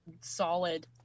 solid